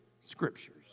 scriptures